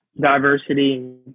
diversity